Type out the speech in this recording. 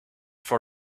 for